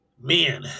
Man